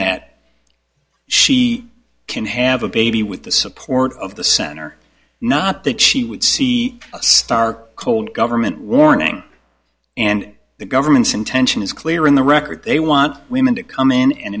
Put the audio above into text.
that she can have a baby with the support of the center not that she would see a stark cold government warning and the government's intention is clear in the record they want women to come in and